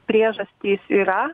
priežastys yra